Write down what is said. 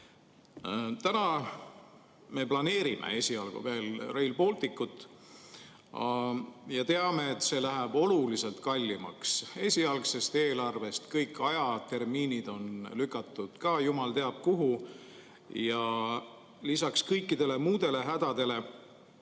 Täna me esialgu veel planeerime Rail Balticut ja teame, et see läheb oluliselt kallimaks esialgsest eelarvest. Kõik ajatärminid on lükatud ka jumal teab kuhu. Lisaks kõikidele muudele hädadele